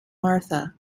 marthe